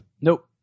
Nope